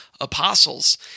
apostles